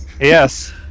Yes